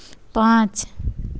पाँच